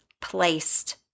placed